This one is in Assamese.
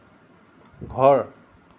ঘৰ